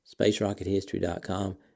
spacerockethistory.com